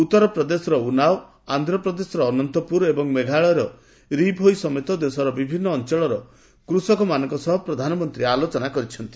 ଉତ୍ତରପ୍ରଦେଶର ଉନାଓ ଆନ୍ଧ୍ରପ୍ରଦେଶର ଅନନ୍ତପୁର ଏବଂ ମେଘାଳୟର ରି ଭୋଇ ସମେତ ଦେଶର ବିଭିନ୍ନ ଅଞ୍ଚଳର କୃଷକ ହିତାଧିକାରୀମାନଙ୍କ ସହ ଆଲୋଚନା କରିଛନ୍ତି